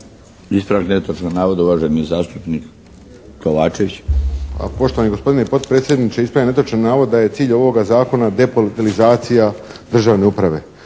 Ispravak netočnog navoda, uvaženi zastupnik Kovačević. **Kovačević, Pero (HSP)** Poštovani gospodine potpredsjedniče. Ispravljam netočni navod da je cilj ovoga Zakona depolitizacija državne uprave.